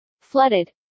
flooded